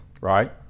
right